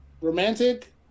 romantic